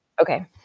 Okay